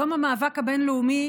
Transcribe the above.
יום המאבק הבין-לאומי